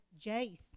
Jace